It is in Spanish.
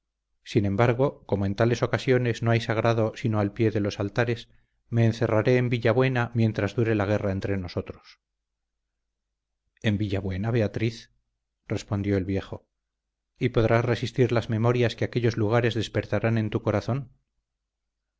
sin embargo como en tales ocasiones no hay sagrado sino al pie de los altares me encerraré en villabuena mientras dure la guerra entre nosotros en villabuena beatriz respondió el viejo y podrás resistir las memorias que aquellos lugares despertarán en tu corazón